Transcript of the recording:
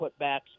putbacks